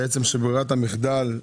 אנחנו מבקשים שברירת המחדל,